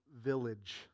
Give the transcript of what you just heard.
village